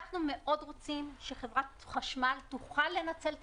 אנחנו רוצים מאוד שחברת החשמל תוכל לנצל את